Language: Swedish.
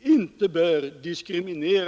inte bör diskriminera tidningen för ett presstöd.